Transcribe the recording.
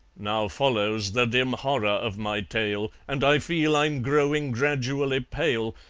now follows the dim horror of my tale, and i feel i'm growing gradually pale,